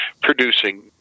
producing